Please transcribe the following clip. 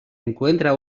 encuentra